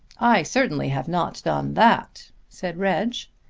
i certainly have not done that, said reg.